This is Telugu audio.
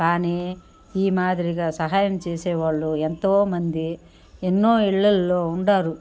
కానీ ఈ మాదిరిగా సహాయం చేసే వాళ్ళు ఎంతోమంది ఎన్నో ఇళ్లల్లో ఉండారు